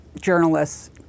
journalists